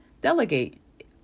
delegate